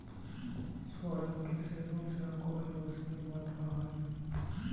सोरल के सेवन से आंखों की रोशनी बढ़अ हई